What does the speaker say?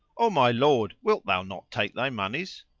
o my lord, wilt thou not take thy monies?